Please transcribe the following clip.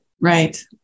Right